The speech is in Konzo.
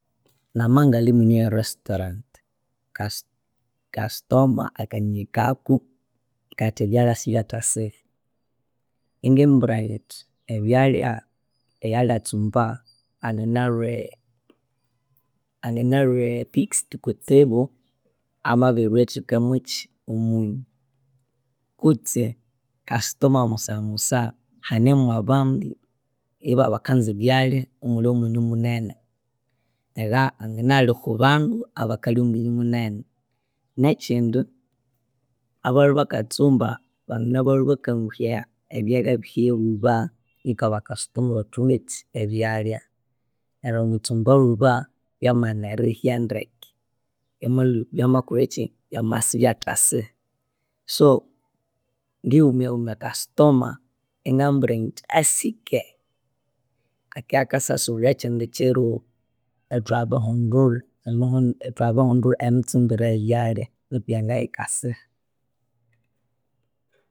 Nama ingali mwinye werestaurant kasi customer akanyihikako ngathi ebyalya sibyathasiha, ingimubira nyithi ebyalya eyalyatsumba ananalhwe ananalwe pixed kutsibu amabirirwa erithekamyaki omunyu. Kutse kasitoma musamusa hanemwabandi ibabakanza ebyalya mulimunyu munene era nganaba inalhi okwa bandu abakalya omunyu munene. Nekyindi abalhwe bakatsumba banganabya balhwe bakangughe ebyalya bihye lhuba niko abakasithoma bathungekyi ebyalya neryo omwitsumba lhuba byamaghana erihya ndeke byamakolhekyi byamabya esibyathasiha so ngiwumya wumya kasithoma ingamubwirindi asike akibya akasyasubulha ekyindi kyiro ithwabirihundulha emihu emitsumbire eyalya nibyanga bikasiha